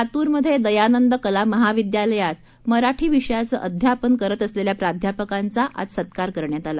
लातूरमधे दयानंद कला महाविद्यालयात मराठी विषयाचं अध्यापन करत असलेल्या प्राध्यापकांचा सत्कार करण्यात आला